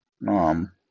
mom